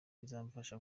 izamfasha